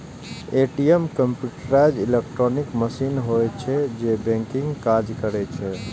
ATM computerised electronic machine होइ छै, जे बैंकिंग के काज करै छै